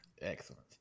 Excellent